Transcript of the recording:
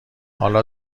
حالا